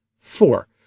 Four